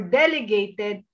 delegated